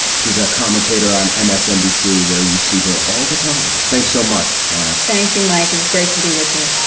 she's a commentator on msnbc, where you see her all the time. thanks so much ah thank you, mike. it was great to be with you